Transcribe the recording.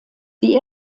die